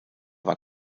war